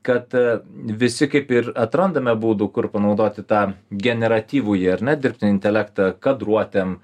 kad visi kaip ir atrandame būdų kur panaudoti tą generatyvųjį ar ne dirbtinį intelektą kadruotėm